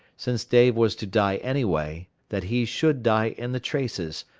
since dave was to die anyway, that he should die in the traces,